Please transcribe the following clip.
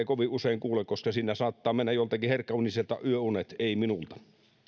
kovin usein kuule koska siinä saattaa mennä joltakin herkkäuniselta yöunet ei minulta